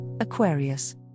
Aquarius